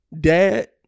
dad